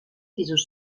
pisos